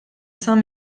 saint